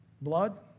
blood